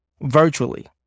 Virtually